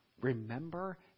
Remember